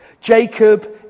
Jacob